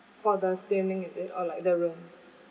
for the swimming is it or like the room